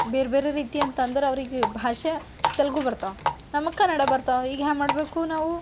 ಬೇರೆಬೇರೆ ರೀತಿ ಅಂತಂದ್ರೆ ಅವ್ರಿಗೆ ಭಾಷೆ ತೆಲುಗು ಬರ್ತವೆ ನಮಗೆ ಕನ್ನಡ ಬರ್ತಾವ ಈಗ ಹ್ಯಾಂಗ ಮಾಡಬೇಕು ನಾವು